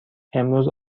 امروز